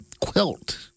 quilt